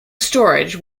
storage